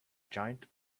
giant